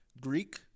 Greek